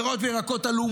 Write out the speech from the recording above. פירות וירקות עלו,